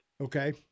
Okay